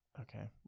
Okay